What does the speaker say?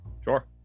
Sure